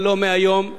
ולא השנה,